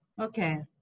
Okay